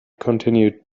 continued